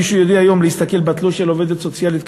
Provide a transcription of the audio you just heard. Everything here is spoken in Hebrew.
מישהו יודע היום להסתכל בתלוש של עובדת סוציאלית,